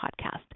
Podcast